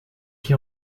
qui